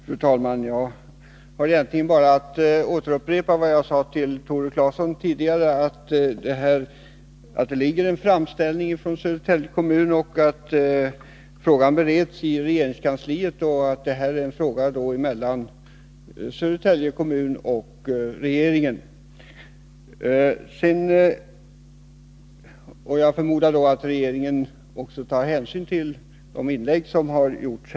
Fru talman! Jag kan egentligen bara upprepa vad jag tidigare sade till Tore Claeson, nämligen att det finns en framställning från Södertälje kommun och att frågan bereds i regeringskansliet. Det här är alltså en fråga mellan Södertälje kommun och regeringen. Jag förmodar att regeringen kommer att ta hänsyn till de inlägg som här har gjorts.